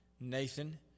Nathan